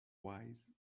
wise